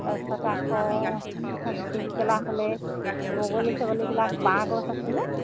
তাৰ পিছত আকৌ পিছবেলা হ'লে বগলী ছাগলীবিলাক বাঁহগছ আছে যে